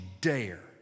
dare